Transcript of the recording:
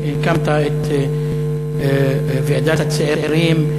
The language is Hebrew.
הקמת את ועידת הצעירים,